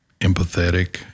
empathetic